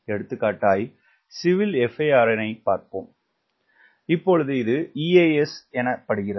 எடுத்துக்காட்டாய் civil FAR னை காண்போம் இப்பொழுது இது EAS எனப்படுகிறது